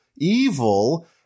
evil